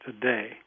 today